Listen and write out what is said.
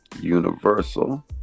Universal